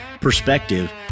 perspective